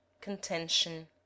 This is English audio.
contention